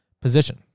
position